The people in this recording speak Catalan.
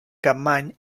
capmany